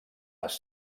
les